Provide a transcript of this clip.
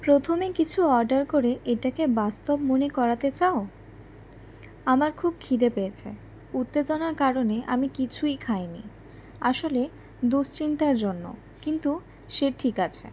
প্রথমে কিছু অর্ডার করে এটাকে বাস্তব মনে করাতে চাও আমার খুব খিদে পেয়েছে উত্তেজনার কারণে আমি কিছুই খাই নি আসলে দুশ্চিন্তার জন্য কিন্তু সে ঠিক আছে